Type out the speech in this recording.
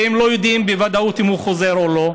והם לא יודעים בוודאות אם הוא חוזר או לא.